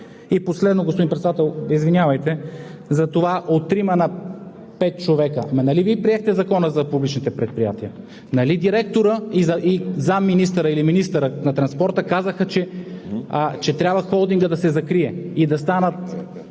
И последно, господин Председател, извинявайте – за това от трима на пет човека. Ама нали Вие приехте Закона за публичните предприятия? Нали директорът и заместник-министърът или министърът на транспорта казаха, че трябва Холдингът да се закрие и да станат